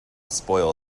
spoil